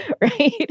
Right